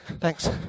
Thanks